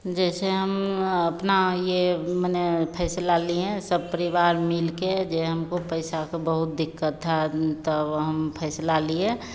जैसे हम अपना यह माने फैसला लिए हैं सब परिवार मिलकर जो हमको पैसे की बहुत दिक्कत थी तब हम फैसला लिए